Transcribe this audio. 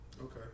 Okay